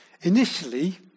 Initially